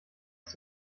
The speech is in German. ist